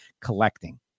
collecting